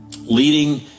leading